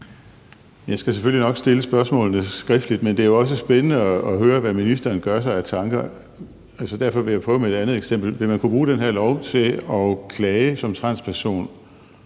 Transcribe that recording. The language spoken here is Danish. Jeg skal selvfølgelig nok stille spørgsmålene skriftligt, men det er jo også spændende at høre, hvad ministeren gør sig af tanker. Derfor vil jeg prøve med et andet eksempel. Vil man som transperson